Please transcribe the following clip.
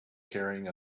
carrying